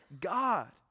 God